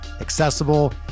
accessible